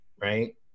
right